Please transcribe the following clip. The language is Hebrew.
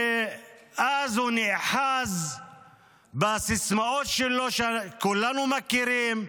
ואז הוא נאחז בסיסמאות שלו, שכולנו מכירים,